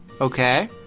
okay